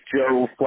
Joe